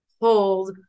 hold